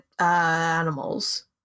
animals